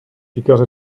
because